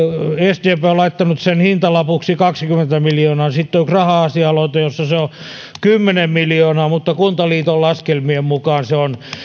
sdp on laittanut sen hintalapuksi kaksikymmentä miljoonaa ja sitten on raha asia aloite jossa se on kymmenen miljoonaa mutta kuntaliiton laskelmien mukaan se on